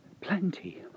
plenty